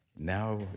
Now